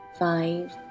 five